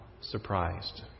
surprised